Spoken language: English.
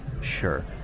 Sure